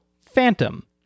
Phantom